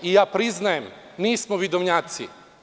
Priznajem, nismo vidovnjaci.